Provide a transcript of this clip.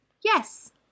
Yes